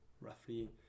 roughly